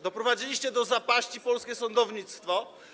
Doprowadziliście do zapaści polskie sądownictwo.